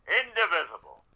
indivisible